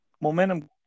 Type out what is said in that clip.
Momentum